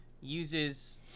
uses